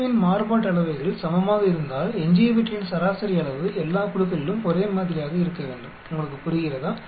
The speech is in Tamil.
குழுவின் மாறுபாட்டு அளவைகள் சமமாக இருந்தால் எஞ்சியவற்றின் சராசரி அளவு எல்லா குழுக்களிலும் ஒரே மாதிரியாக இருக்க வேண்டும் உங்களுக்கு புரிகிறதா